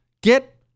Get